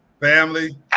family